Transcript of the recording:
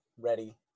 ready